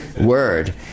Word